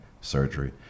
surgery